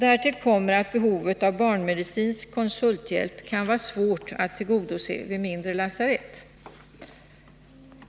Därtill kommer att behovet av barnmedicinsk konsulthjälp kan vara svårt att tillgodose vid mindre lasarett.